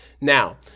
Now